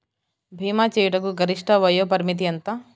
భీమా చేయుటకు గరిష్ట వయోపరిమితి ఎంత?